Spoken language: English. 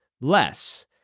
less